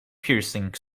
piercing